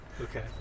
Okay